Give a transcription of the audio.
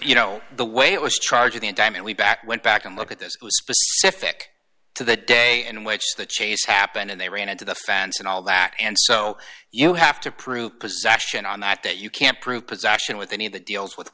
you know the way it was charge of the indictment we back went back and look at this specific to the day in which the chase happened and they ran into the fence and all that and so you have to prove possession on that that you can't prove possession with any of the deals with